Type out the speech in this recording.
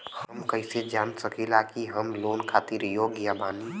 हम कईसे जान सकिला कि हम लोन खातिर योग्य बानी?